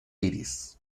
iris